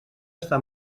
està